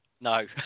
No